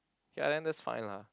okay lah then that's fine lah